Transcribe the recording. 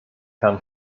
herrn